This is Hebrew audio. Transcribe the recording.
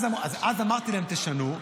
אז אמרתי להם: תשנו.